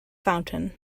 fountain